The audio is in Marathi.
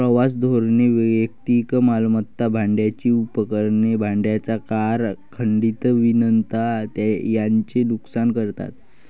प्रवास धोरणे वैयक्तिक मालमत्ता, भाड्याची उपकरणे, भाड्याच्या कार, खंडणी विनंत्या यांचे नुकसान करतात